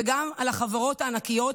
וגם על החברות הענקיות,